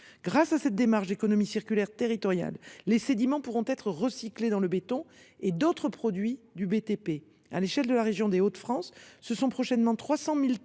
Grâce à cette démarche d’économie circulaire territoriale, les sédiments pourront être recyclés dans le béton et d’autres produits du BTP. À l’échelle de la région des Hauts de France, quelque 300 000 tonnes